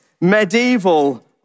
medieval